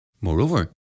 Moreover